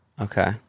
Okay